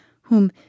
whom